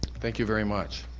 thank you very much.